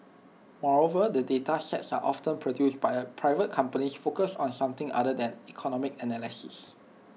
moreover the data sets are often produced by A private companies focused on something other than economic analysis